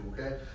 okay